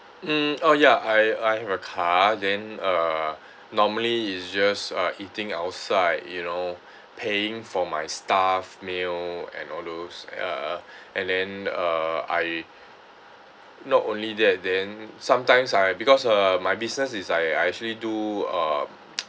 mm oh ya I I have a car then uh normally it's just uh eating outside you know paying for my stuff meal and all those uh and then uh I not only that then sometimes I because uh my business is I I actually do uh